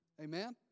Amen